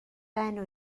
enw